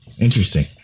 Interesting